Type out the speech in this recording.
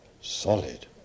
solid